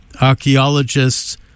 archaeologists